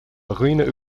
dhaoine